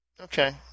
Okay